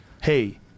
Hey